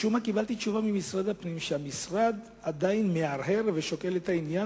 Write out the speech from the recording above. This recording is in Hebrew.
משום מה קיבלתי תשובה ממשרד הפנים שהמשרד עדיין מהרהר ושוקל את העניין,